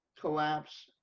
collapse